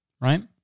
Right